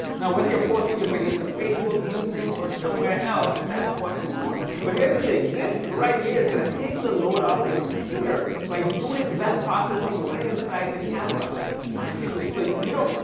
now, whether you're posting your videos to facebook, youtube, or somewhere else, that's what you want. but here's the thing. this, right here, is gonna take the load off your computer by doing that processing right inside the camera, like magically. so you don't,